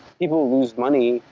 people lose money,